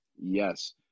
Yes